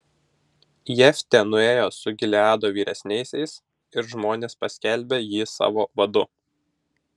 jeftė nuėjo su gileado vyresniaisiais ir žmonės paskelbė jį savo vadu